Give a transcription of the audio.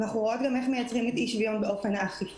אנחנו רואות גם איך מייצרים את האי-שוויון באופן האכיפה,